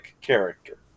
character